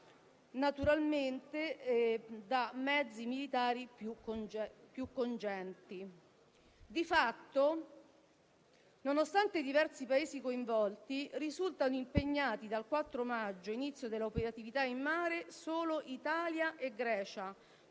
naturalmente - con mezzi militari più cogenti. Di fatto, nonostante i diversi Paesi coinvolti, risultano impegnate dal 4 maggio (inizio dell'operatività in mare) solo Italia e Grecia,